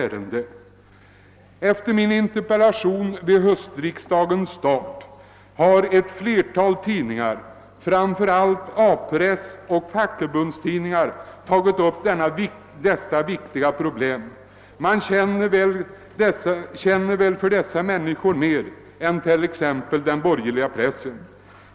Efter det att jag framställt min interpellation vid höstriksdagens start har ett flertal tidningar, framför allt A-press och = fackförbundstidningar, tagit upp dessa viktiga problem. Man känner väl där mer för dessa människor än vad den borgerliga pressen gör.